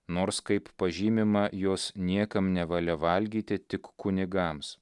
nors kaip pažymima jos niekam nevalia valgyti tik kunigams